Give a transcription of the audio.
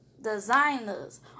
designers